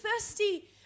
thirsty